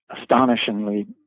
astonishingly